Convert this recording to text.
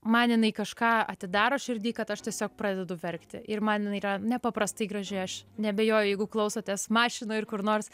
man jinai kažką atidaro širdy kad aš tiesiog pradedu verkti ir man jinai yra nepaprastai graži aš neabejoju jeigu klausotės mašinoj ir kur nors